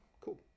Cool